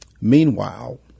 Meanwhile